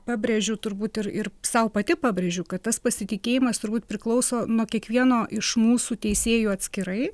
pabrėžiu turbūt ir ir sau pati pabrėžiu kad tas pasitikėjimas turbūt priklauso nuo kiekvieno iš mūsų teisėjų atskirai